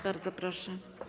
Bardzo proszę.